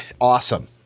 awesome